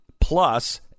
plus